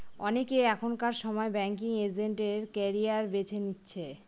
অনেকে এখনকার সময় ব্যাঙ্কিং এজেন্ট এর ক্যারিয়ার বেছে নিচ্ছে